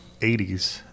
80s